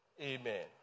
Amen